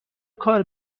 کار